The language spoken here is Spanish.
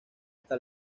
hasta